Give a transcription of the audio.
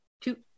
Two